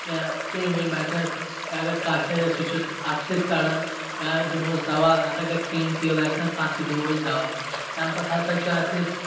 کیٚنٛہہ کیٚمۍ ویٚمۍ آسیٚس یا اَگر کاش آسیٚس سُہ چھِس اَتھٕ سۭتۍ کڑان یا دِمہٕ ہوس دوا نہ تہٕ اَگر کیٚمۍ کریٖل آسنَکھ تَتھ تہِ دمہ ہو أسۍ دوا تَمہِ پَتہٕ ہسا چھِ اَتھ أسۍ